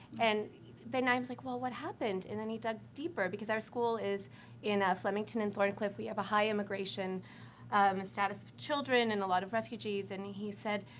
and then i was, like, well, what happened? and then he dug deeper, because our school is in flemingdon and thorncliffe, we have a high immigration um status of children and a lot of refugees, and he he said,